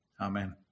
Amen